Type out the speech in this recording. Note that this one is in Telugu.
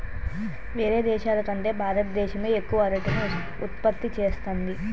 వేరే దేశాల కంటే భారత దేశమే ఎక్కువ అరటిని ఉత్పత్తి చేస్తంది